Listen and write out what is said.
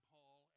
Paul